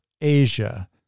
Asia